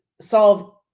solve